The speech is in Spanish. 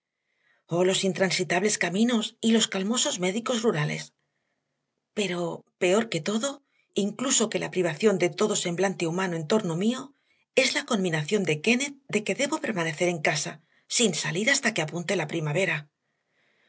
oh los intransitables caminos y los calmosos médicos rurales pero peor que todo incluso que la privación de todo semblante humano en torno mío es la conminación de kennett de que debo permanecer en casa sin salir hasta que apunte la primavera